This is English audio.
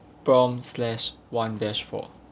prompt slash one dash four